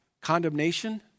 condemnation